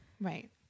Right